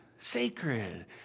sacred